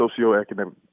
socioeconomic